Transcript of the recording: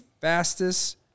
fastest